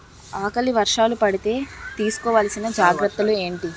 ఆకలి వర్షాలు పడితే తీస్కో వలసిన జాగ్రత్తలు ఏంటి?